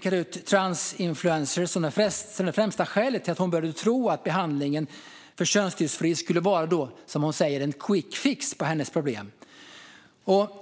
själv ut transinfluencers som det främsta skälet till att hon började tro att behandlingen för könsdysfori skulle vara, som hon säger, en quickfix. Fru talman!